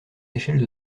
échelles